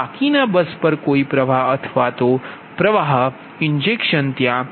બાકીના બસ પર કોઈ પ્ર્વાહ અથવા તો પ્ર્વાહ ઈન્જેક્શન ત્યાં